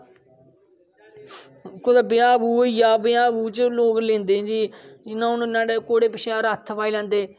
कुते ब्याह बगैरा होई गेआ ब्याह च लोक लेंदे ना जी जियां हून न्हाड़े घोडे़ पिच्छे रथ पाई लैंदे